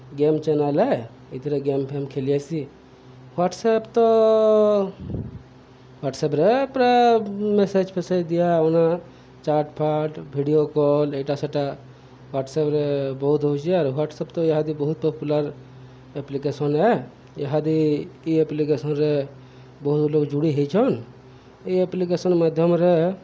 game channel ଆଏ ଇଥିରେ game ଫେମ୍ ଖେଲି ଆସି ହ୍ଵାଟ୍ସଅପ୍ ତ ହ୍ଵାଟ୍ସପ୍ରେ ପୁରା ମେସେଜ୍ ଫେସେଜ୍ ଦିଆ ଆନା ଚାଟ୍ ଫାଟ୍ ଭିଡ଼ିଓ କଲ୍ ଇଟା ସେଟା ହ୍ଵାଟ୍ସଆପ୍ରେ ବହୁତ୍ ହଉଛେ ଆରୁ ହ୍ଵାଟ୍ସଅପ୍ ତ ଇହାଦେ ବହୁତ୍ ପପୁଲାର୍ ଏପ୍ଲିକେସନ୍ ଏ ଇହାଦେ ଇ ଏପ୍ଲିକେସନ୍ରେ ବହୁତ୍ ଲୋକ୍ ଜୁଡ଼ି ହେଇଛନ୍ ଇ ଏପ୍ଲିକେସନ୍ ମାଧ୍ୟମ୍ରେ